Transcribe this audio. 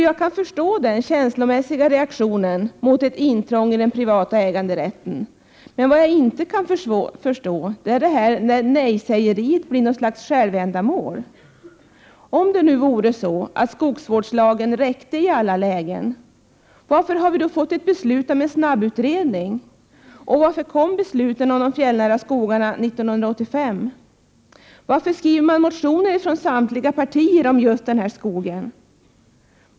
Jag kan förstå den känslomässiga reaktionen mot ett intrång i den privata äganderätten, men vad jag inte kan förstå är när nejsägeriet blir något slags självändamål. Om det nu vore så att skogsvårdslagen räckte i alla lägen, varför har det då fattats beslut om en snabbutredning? Och varför kom beslutet om de fjällnära skogarna 1985? Varför skriver man från samtliga partier motioner om just den här skogen?